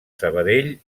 sabadell